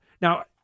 Now